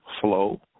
flow